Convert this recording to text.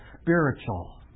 Spiritual